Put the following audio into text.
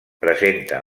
presenta